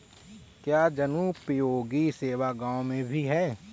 क्या जनोपयोगी सेवा गाँव में भी है?